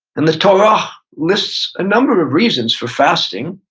and the torah lists a number of reasons for fasting.